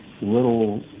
little